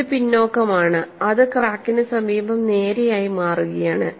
ഇത് പിന്നോക്കമാണ് അത് ക്രാക്കിന് സമീപം നേരെ ആയി മാറുകയാണ്